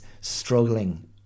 struggling